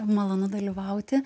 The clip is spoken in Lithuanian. malonu dalyvauti